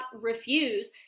refuse